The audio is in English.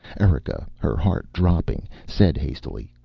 erika, her heart dropping, said hastily,